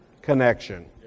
connection